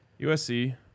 USC